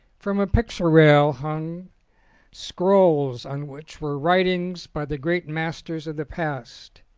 from a picture rail hung scrolls on which were writings by the great masters of the past,